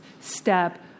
step